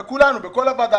בכולנו, בכל הוועדה.